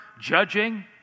judging